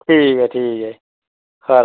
ठीक ऐ ठीक ऐ अच्छा